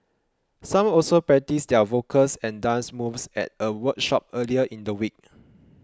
some also practised their vocals and dance moves at a workshop earlier in the week